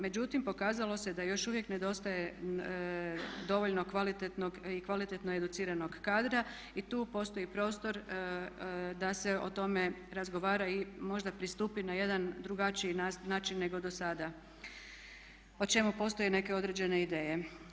Međutim, pokazalo se da još uvijek nedostaje dovoljno kvalitetnog i kvalitetno educiranog kadra i tu postoji prostor da se o tome razgovara i možda pristupi na jedan drugačiji način nego do sada o čemu postoje neke određene ideje.